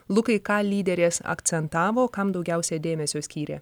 lukai ką lyderės akcentavo kam daugiausia dėmesio skyrė